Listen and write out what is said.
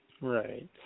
Right